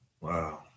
Wow